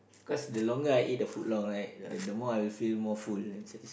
cause the longer I eat the foot long right the the more I'll feel more full right is it